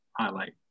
highlight